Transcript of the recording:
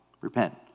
Repent